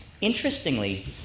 Interestingly